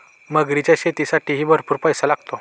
मगरीच्या शेतीसाठीही भरपूर पैसा लागतो